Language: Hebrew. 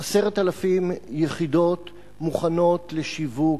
10,000 יחידות מוכנות לשיווק,